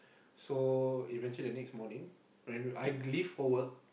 so eventually the next morning when I leave for work